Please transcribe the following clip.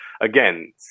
again